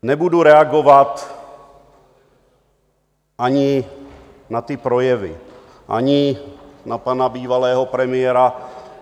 Nebudu reagovat ani na ty projevy, ani na pana bývalého premiéra.